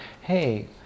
hey